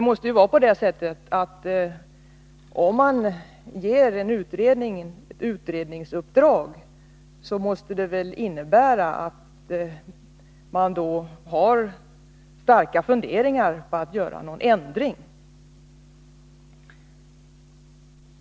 Om man ger en utredning ett uppdrag måste det väl innebära att man har starka funderingar på att företa en ändring.